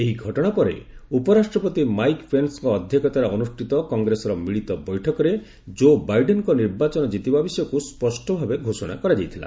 ଏହି ଘଟଣା ପରେ ଉପରାଷ୍ଟ୍ରପତି ମାଇକ୍ ପେନ୍ସ୍ଙ୍କ ଅଧ୍ୟକ୍ଷତାରେ ଅନୁଷ୍ଠିତ କଂଗ୍ରେସର ମିଳିତ ବୈଠକରେ ଜୋ ବାଇଡେନ୍ଙ୍କ ନିର୍ବାଚନ ଜିତିବା ବିଷୟକୁ ସ୍ୱଷ୍ଟଭାବେ ଘୋଷଣା କରାଯାଇଥିଲା